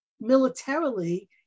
militarily